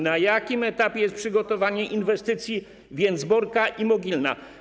Na jakim etapie jest przygotowanie inwestycji Więcborka i Mogilna?